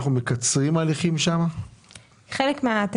אנחנו מפחיתים 4.3 מיליון שקלים בהוצאה עבור התאמת